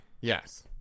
Yes